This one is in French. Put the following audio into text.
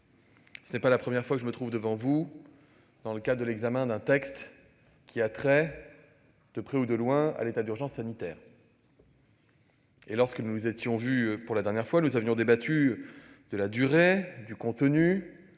Ce n'est pas la première fois que je me trouve devant vous pour examiner un texte ayant trait, de près ou de loin, à l'état d'urgence sanitaire. Lorsque nous nous étions vus pour la dernière fois, nous avions débattu de la durée